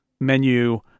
menu